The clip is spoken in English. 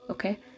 okay